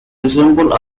resemble